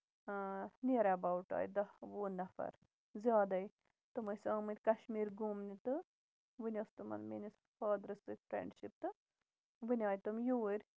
اۭں نِیر ایباوُٹ دہ وُہ نَفر زیادَے تِم ٲسۍ آمٕتۍ کَشمیٖر گوٗمنہِ تہٕ وٕنہِ اوس تِمَن میٲنِس فادرَس سۭتۍ فرینڈ شِپ تہٕ وۄنۍ آیہِ تِم یوٗرۍ